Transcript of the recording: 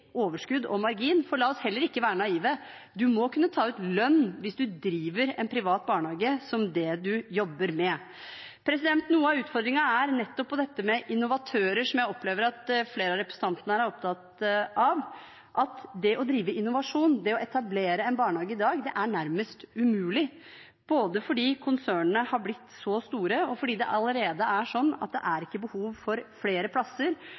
overskudd og margin, for la oss heller ikke være naive: Man må kunne ta ut lønn hvis man driver en privat barnehage, hvis det er det man jobber med. Noe av utfordringen er nettopp dette med innovatører, som jeg opplever at flere av representantene her er opptatt av. Det å drive innovasjon, det å etablere en barnehage i dag, er nærmest umulig, både fordi konsernene har blitt så store, og fordi det allerede er sånn at det ikke er behov for flere plasser.